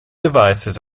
devices